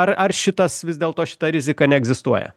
ar ar šitas vis dėlto šita rizika neegzistuoja